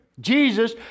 Jesus